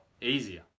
easier